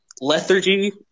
Lethargy